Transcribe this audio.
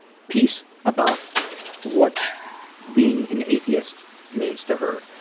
piece about what being an atheist means to her,